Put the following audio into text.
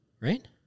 right